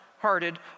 hearted